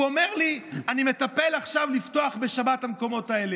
הוא אומר לי: אני מטפל עכשיו בלפתוח בשבת את המקומות האלה.